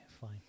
fine